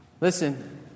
Listen